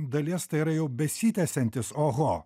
dalies tai yra jau besitęsiantis oho